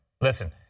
Listen